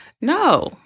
No